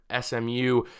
SMU